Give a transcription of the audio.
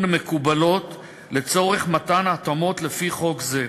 מקובלות לצורך מתן התאמות לפי חוק זה,